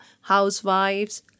housewives